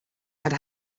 had